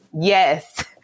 Yes